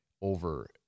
over